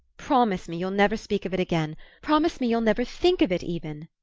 promise me you'll never speak of it again promise me you'll never think of it even,